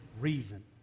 reason